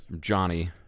Johnny